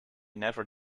never